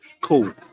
Cool